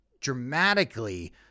dramatically